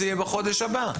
זה יהיה בחודש הבא.